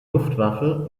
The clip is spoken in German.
luftwaffe